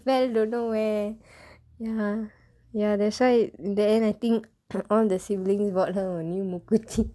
don't know where ya ya that's why then I think all the siblings bought her a new mookuthi